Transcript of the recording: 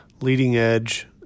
leading-edge